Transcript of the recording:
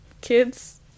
kids